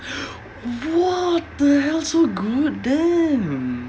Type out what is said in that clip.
what the hell so good damn